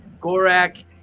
gorak